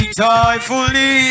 joyfully